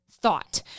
thought